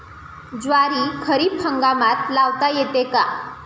ज्वारी खरीप हंगामात लावता येते का?